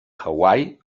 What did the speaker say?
hawaii